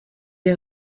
les